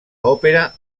òpera